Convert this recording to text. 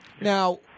Now